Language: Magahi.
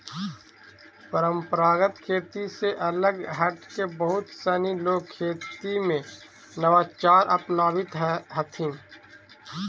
परम्परागत खेती से अलग हटके बहुत सनी लोग खेती में नवाचार अपनावित हथिन